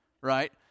right